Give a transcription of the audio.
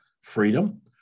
freedom